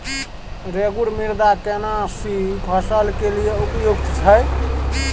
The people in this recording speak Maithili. रेगुर मृदा केना सी फसल के लिये उपयुक्त छै?